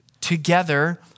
together